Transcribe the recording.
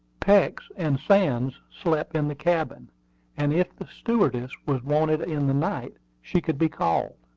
peeks and sands slept in the cabin and if the stewardess was wanted in the night, she could be called.